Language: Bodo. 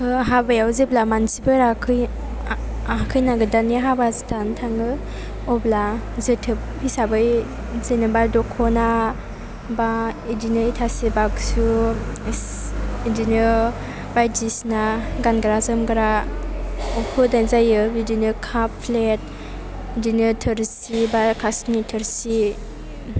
ओ हाबायाव जेब्ला मानसिफोरा खैना गोदाननि हाबा जानो थाङो अब्ला जोथोब हिसाबै जेनेबा दख'ना बा बिदिनो इथासि बागसु बिदिनो बायदिसिना गानग्रा जोमग्रा होनाय जायो बिदिनो काप प्लेट बिदिनो थोरसि बा खासनि थोरसि